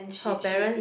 her parents